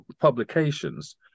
publications